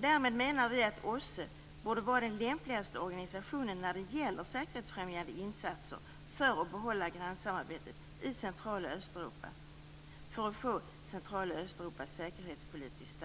Därmed menar vi att OSSE borde vara den lämpligaste organisationen när det gäller säkerhetsfrämjande insatser för att behålla gränssamarbetet i Central och Östeuropa säkerhetspolitiskt stabilt.